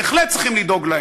בהחלט צריכים לדאוג להם,